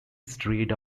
strayed